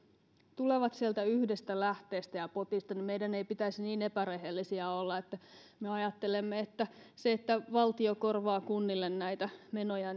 tulevat sieltä yhdestä lähteestä ja potista niin meidän ei pitäisi niin epärehellisiä olla että me ajattelisimme että se että valtio korvaa kunnille näitä menoja